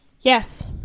Yes